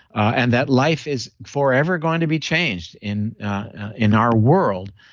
and that life is forever going to be changed in in our world,